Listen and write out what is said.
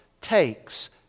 takes